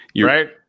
right